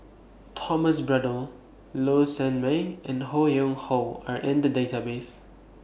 Thomas Braddell Low Sanmay and Ho Yuen Hoe Are in The Database